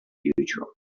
future